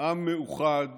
עם מאוחד